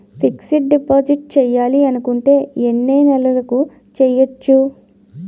Fixed deposit చేయాలి అనుకుంటే ఎన్నే నెలలకు చేయొచ్చు?